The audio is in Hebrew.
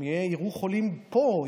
גם יראו חולים פה,